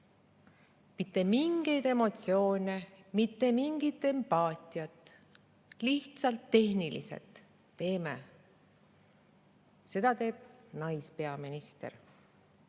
Mitte mingeid emotsioone, mitte mingit empaatiat, lihtsalt tehniliselt tuleb teha. Seda teeb naispeaminister.